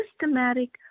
systematic